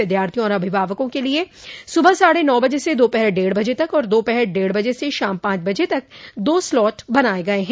विद्यार्थियों और अभिभावकों के लिए सुबह साढ़े नौ बजे से दोपहर डेढ़ बजे तक और दोपहर डेढ बजे से शाम पांच बजे तक दो स्लॉट बनाए गए हैं